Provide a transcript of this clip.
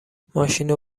ماشینو